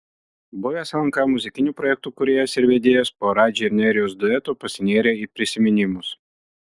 buvęs lnk muzikinių projektų kūrėjas ir vedėjas po radži ir nerijaus dueto pasinėrė į prisiminimus